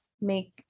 make